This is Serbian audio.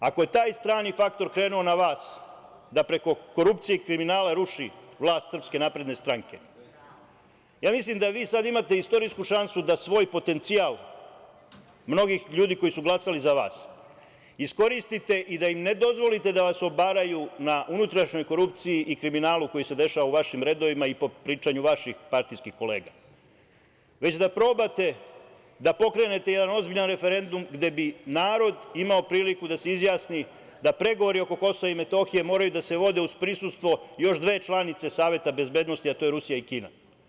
Ako je taj strani faktor krenuo na vas da preko korupcije i kriminala ruši vlast SNS, ja mislim da vi sada imate istorijsku šansu da svoj potencijal mnogih ljudi koji su glasali za vas iskoristite i da im ne dozvolite da vas obaraju na unutrašnjoj korupcije i kriminalu koji se dešava u vašim redovima, po pričanju vaših partijskih kolega, već da probate da pokrenete jedan ozbiljan referendum gde bi narod imao priliku da se izjasni, da pregovori oko KiM moraju da se vode uz prisustvo još dve članice Saveta bezbednosti, a to su Rusija i Kina.